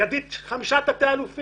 לידי חמישה תתי-אלופים.